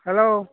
hello